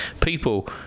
people